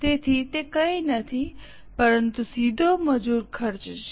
તેથી તે કંઈ નથી પરંતુ સીધો મજૂર ખર્ચ છે